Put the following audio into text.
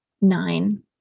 nine